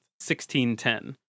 1610